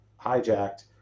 hijacked